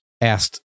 asked